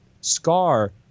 Scar